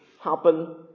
happen